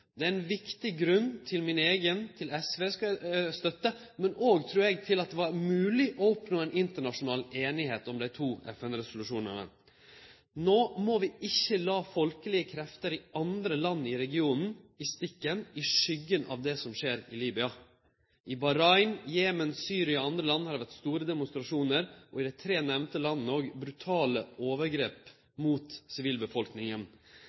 Det er ein viktig grunn til mi eiga, til SVs, støtte, men òg at det er mogleg å oppnå ei internasjonal einigheit om dei to FN-resolusjonane. No må vi ikkje late folkelege krefter i andre land i regionen i stikken, i skuggen av det som skjer i Libya. I Bahrain, Jemen, Syria og andre land har det vore store demonstrasjonar, og i dei tre nemnde landa brutale overgrep mot sivilbefolkninga.